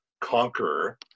conqueror